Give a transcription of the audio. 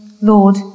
Lord